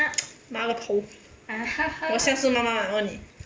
妈的头我像是妈妈 ah 问你